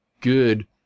good